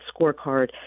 scorecard